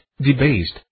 debased